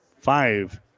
five